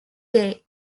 day